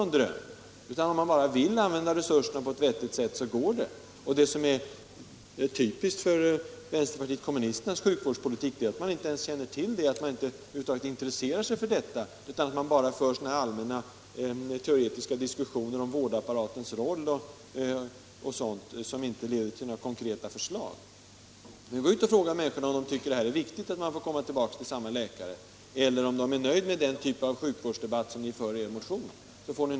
Om man bara vill använda resurserna på ett vettigt sätt går det. Det som är typiskt för vänsterpartiet kommunisternas sjukvårdspolitik är, att de inte ens känner till de här förhållandena, eller över huvud taget intresserar sig för dem. De för bara allmänna teoretiska diskussioner om vårdapparatens roll osv., som inte leder till några konkreta förslag. Men gå ut och fråga människorna om de tycker att det är viktigt att få komma tillbaka till samma läkare, eller om de är nöjda med den typ av sjukvårdsdebatt som ni för i er motion!